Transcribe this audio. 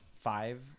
five